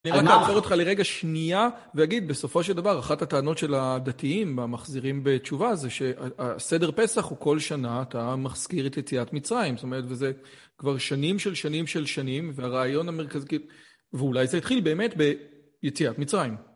אני רק אעצור אותך לרגע שנייה ואגיד בסופו של דבר אחת הטענות של הדתיים המחזירים בתשובה זה שסדר פסח הוא כל שנה אתה מזכיר את יציאת מצרים זאת אומרת וזה כבר שנים של שנים של שנים והרעיון המרכזי ואולי זה התחיל באמת ביציאת מצרים